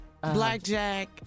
blackjack